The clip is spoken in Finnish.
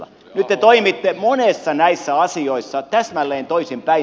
nyt te toimitte monissa näistä asioista täsmälleen toisinpäin